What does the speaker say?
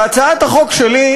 בהצעת החוק שלי,